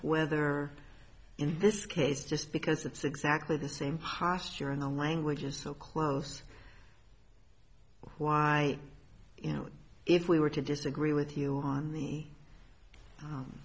whether in this case just because it's exactly the same posture in a language is so close why you know if we were to disagree with you on the